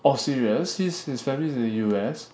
oh serious he's his family is in the U_S